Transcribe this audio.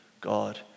God